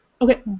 Okay